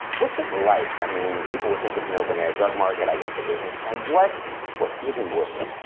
what's it like? i mean, people would think it's an open air drug market, i guess it isn't. and what what isn't working,